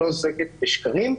היא לא עוסקת בשקרים,